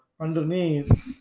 underneath